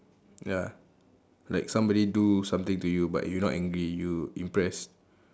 ya like somebody do something to you but you not angry you impressed